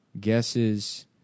Guesses